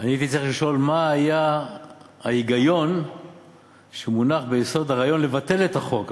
אני הייתי צריך לשאול מה היה ההיגיון שמונח ביסוד הרעיון לבטל את החוק.